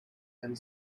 and